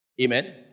Amen